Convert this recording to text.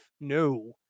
No